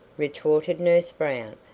retorted nurse brown,